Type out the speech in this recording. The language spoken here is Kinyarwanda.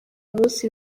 munsi